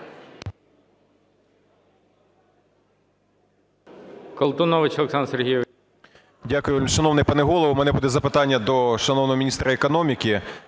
Дякую, шановний пане Голово. В мене буде запитання до шановного міністра економіки